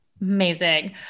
Amazing